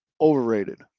Overrated